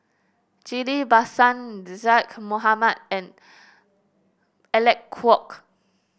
Ghillie Basan Zaqy Mohamad and Alec Kuok